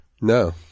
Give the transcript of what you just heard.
No